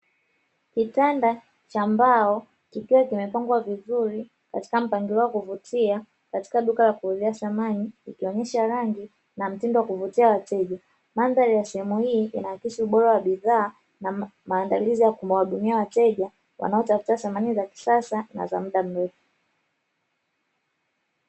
Kitanda cha mbao kikiwa kimepangwa vizuri katika mpangilio wa kuvutia katika duka la kuuzia samani, ikionesha rangi na mtindo wa kuvutia wateja mandhari ya sehemu hii inaakisi ubora wa bidhaa na maandalizi ya kuwahudumia wateja wanaotafuta samani za kisasa na za muda mrefu.